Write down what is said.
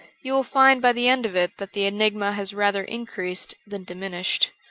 you will find by the end of it that the enigma has rather increased than diminished.